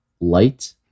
light